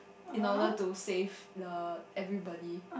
in order to save the everybody